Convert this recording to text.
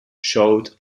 showed